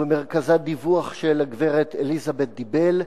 ובמרכזה עמד דיווח של הגברת אליזבת דיבל,